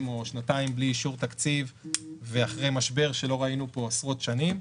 בלי אישור תקציב ואחרי משבר שלא ראינו פה עשרות שנים,